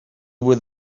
with